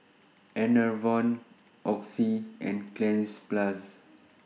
Enervon Oxy and Cleanz Plus